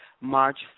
March